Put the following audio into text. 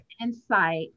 insight